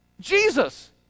Jesus